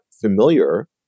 familiar